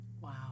Wow